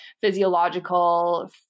physiological